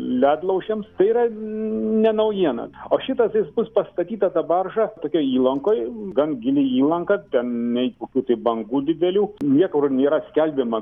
ledlaužiams tai yra ne naujiena o šitas jis bus pastatyta ta barža tokioj įlankoj gan gili įlanka ten nei kokių tai bangų didelių niekur nėra skelbiama